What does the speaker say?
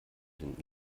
den